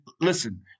listen